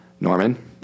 Norman